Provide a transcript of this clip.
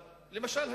למשל,